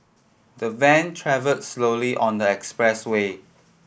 the van travelled slowly on the expressway